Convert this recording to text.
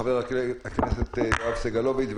חבר הכנסת יואב סגלוביץ'.